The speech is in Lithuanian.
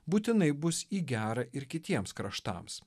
būtinai bus į gera ir kitiems kraštams